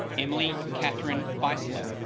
emily katherine by slur